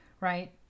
right